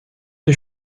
les